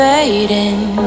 Fading